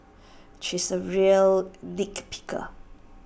he is A real nit picker